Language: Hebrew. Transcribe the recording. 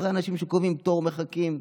הרי אנשים שקובעים תור מחכים.